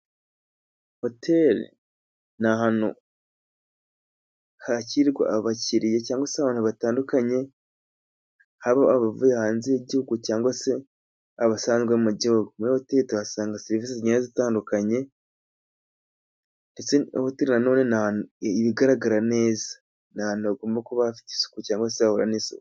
Hoteli ni ahantu hakirirwa abakiriye cyangwa se abantu batandukanye, haba abavuye hanze y'igihugu cyangwa se abasanzwe mu gihugu. Muri hoteli tuhasanga serivisi zigiye zitandukanye, ndetse hoteli n'ubundi ni ahantu iba igaragara neza. Ni ahantu hagomba kuba hafite isuku cyangwa se hahorana isuku.